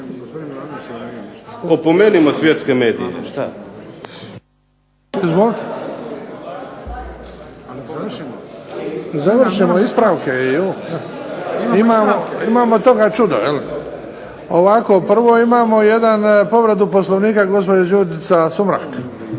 Opomenimo svjetske medije. **Bebić, Luka (HDZ)** Imamo toga čudo. Jel'? Ovako, prvo imamo jednu povredu Poslovnika gospođa Đurđica Sumrak.